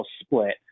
split